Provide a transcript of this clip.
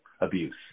abuse